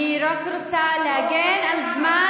שנייה,